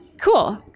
cool